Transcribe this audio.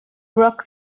rock